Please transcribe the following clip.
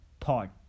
thought